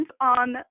on